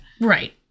Right